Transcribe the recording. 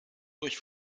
durch